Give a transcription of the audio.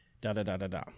da-da-da-da-da